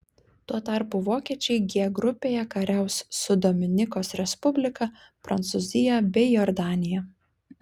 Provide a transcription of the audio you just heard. tuo tarpu vokiečiai g grupėje kariaus su dominikos respublika prancūzija bei jordanija